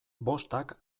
bostak